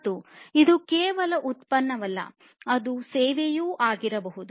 ಮತ್ತು ಇದು ಕೇವಲ ಉತ್ಪನ್ನವಲ್ಲ ಅದು ಸೇವೆಯೂ ಆಗಿರಬಹುದು